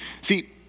See